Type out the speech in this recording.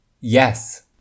yes